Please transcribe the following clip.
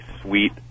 sweet